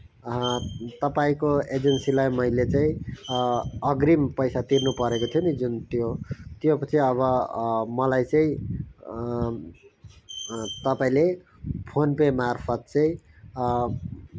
तपाईँको एजेन्सीलाई मैले चाहिँ अग्रिम पैसा तिर्नु परेको थियो नि जुन त्यो त्यो चाहिँ अब मलाई चाहिँ तपाईँले फोन पे मार्फत चाहिँ